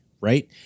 right